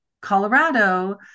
Colorado